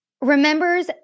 remembers